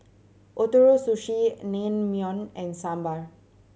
Ootoro Sushi Naengmyeon and Sambar